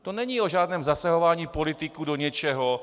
To není o žádném zasahování politiků do něčeho.